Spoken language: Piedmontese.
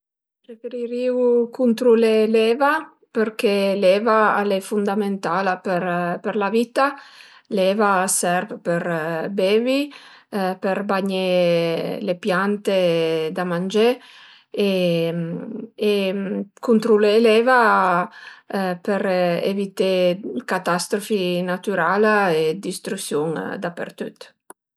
Preferirìu cuntrulé l'eva përché l'eva al e fundamentala për la vitta, l'eva a serv për bevi, për bagné le piante da mangé e cuntrulé l'eva per evité catasfrofi natürala e distrüsiun dapertüt